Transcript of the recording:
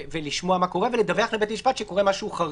לשמוע מה קורה ולדווח לבית המשפט אם קורה משהו חריג.